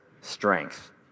strength